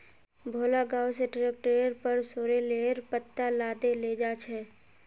भोला गांव स ट्रैक्टरेर पर सॉरेलेर पत्ता लादे लेजा छ